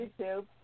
YouTube